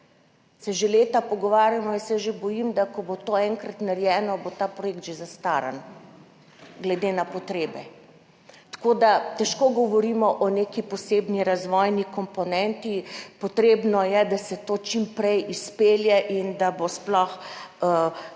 Se že leta pogovarjamo, jaz se že bojim, da ko bo to enkrat narejeno, bo ta projekt že zastaran glede na potrebe. Tako da težko govorimo o neki posebni razvojni komponenti. Potrebno je, da se to čim prej izpelje in da bo sploh enkrat